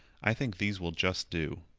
i think these will just do.